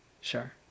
Sure